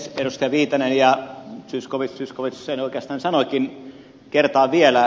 edustajat viitanen ja zyskowicz zyskowicz sen oikeastaan sanoikin kertaan vielä